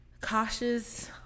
cautious